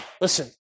listen